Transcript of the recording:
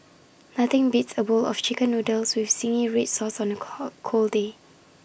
nothing beats A bowl of Chicken Noodles with Zingy Red Sauce on A call cold day